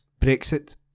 Brexit